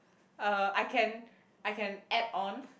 uh I can I can add on